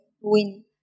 win